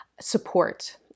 support